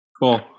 Cool